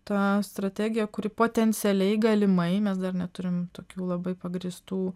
ta strategija kuri potencialiai galimai mes dar neturim tokių labai pagrįstų